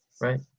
right